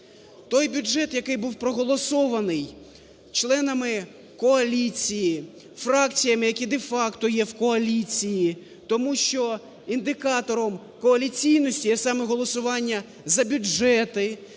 Той бюджет, який був проголосований членами коаліції, фракціями, які де-факто є в коаліції - тому що індикатором коаліційності є саме голосування за бюджети,